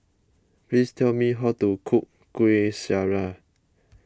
please tell me how to cook Kuih Syara